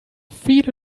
viele